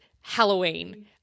Halloween